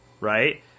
right